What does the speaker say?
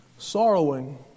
sorrowing